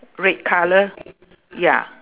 red colour ya